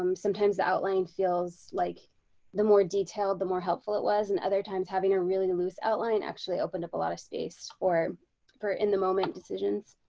um sometimes the outline feels like the more detailed the more helpful it was and other times having a really loose outline actually opened up a lot of space or for in the moment decisions.